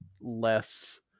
less